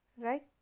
right